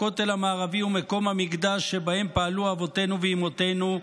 הכותל המערבי ומקום המקדש שבהם פעלו אבותינו ואמותינו,